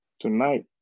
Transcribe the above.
tonight